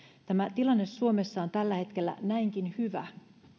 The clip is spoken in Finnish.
tämä tilanne suomessa on tällä hetkellä näinkin hyvä